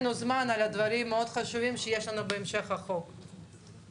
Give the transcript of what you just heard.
אבל זה לא תנאי לתחולת האיסור.